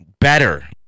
better